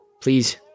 Please